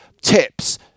tips